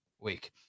week